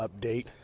update